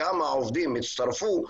כמה עובדים הצטרפו,